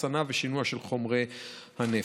החסנה ושינוע של חומרי הנפץ.